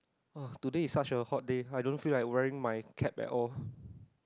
!wah! today is such a hot day I don't feel like wearing my cap at all